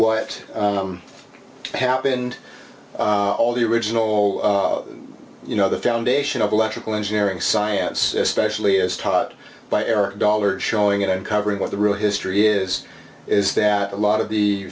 what happened all the original you know the foundation of electrical engineering science especially as taught by eric dollars showing at uncovering what the root history is is that a lot of the